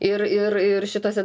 ir ir ir šituose